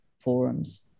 forums